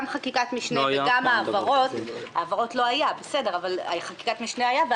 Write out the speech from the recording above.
חקיקת משנה וגם העברות העברות לא היו אבל חקיקת משנה הייתה,